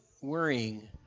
worrying